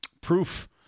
Proof